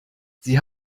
sie